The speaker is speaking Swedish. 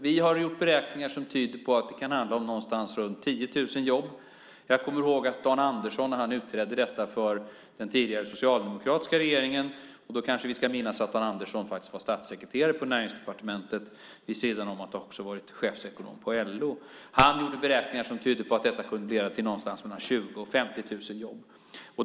Vi har gjort beräkningar som tyder på att det är någonstans runt 10 000 jobb. Jag kommer ihåg att Dan Andersson, som utredde detta åt den tidigare socialdemokratiska regeringen - vi ska kanske minnas att Dan Andersson var statssekreterare på Näringsdepartementet vid sidan av att han var chefsekonom på LO - gjorde beräkningar som tydde på någonstans mellan 20 000 och 50 000 jobb.